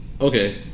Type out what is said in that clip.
okay